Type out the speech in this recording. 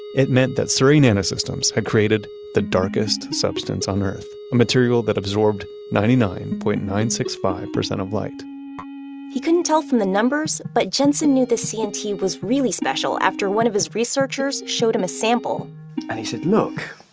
it meant that surrey nanosystems had created the darkest substance on earth. a material that absorbed nine nine point nine six five zero of light he couldn't tell from the numbers, but jensen knew the cnt was really special after one of his researchers showed him a sample and he said, look.